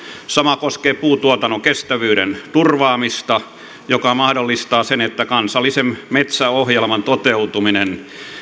sama koskee puutuotannon kestävyyden turvaamista joka mahdollistaa sen että kansallisen metsäohjelman toteutuminen